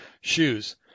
shoes